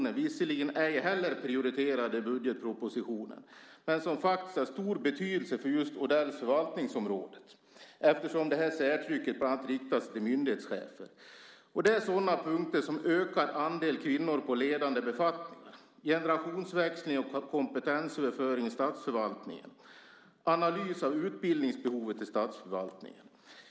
De är visserligen ej heller prioriterade där, men de har faktiskt stor betydelse för just Odells förvaltningsområde. Särtrycket riktar sig ju just till myndighetschefer, bland andra. Det är punkter som ökad andel kvinnor i ledande befattningar, generationsväxling och kompetensöverföring i statsförvaltningen och analys av utbildningsbehovet i statsförvaltningen.